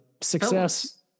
success